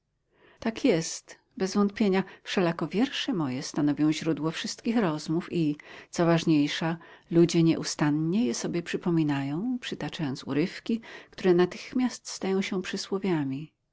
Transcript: tak jest bez wątpienia wszelako wiersze moje stanowią źródło wszystkich rozmów i co ważniejsza ludzie nieustannie je sobie przypominają przytaczając urywki które natychmiast stają się przysłowiami